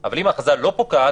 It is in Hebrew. אבל אם ההכרזה לא פוקעת,